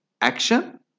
action